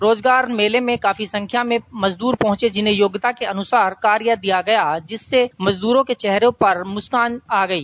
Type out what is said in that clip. रोजगार मेले में काफी संख्या में मजदूर पहुंचे जिन्हें योग्यता के अनुसार कार्य दिया गया जिससे मजदूरों के चेहरों पर मुस्कान आ गई